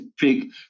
big